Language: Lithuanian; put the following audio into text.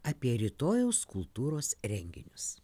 apie rytojaus kultūros renginius